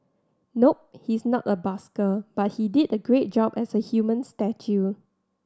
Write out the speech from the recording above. nope he's not a busker but he did a great job as a human statue